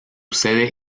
sede